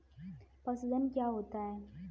पशुधन क्या होता है?